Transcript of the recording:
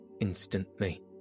instantly